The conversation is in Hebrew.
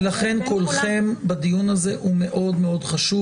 ולכן קולכם בדיון הזה הוא מאוד מאוד חשוב,